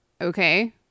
okay